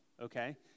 Okay